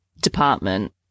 department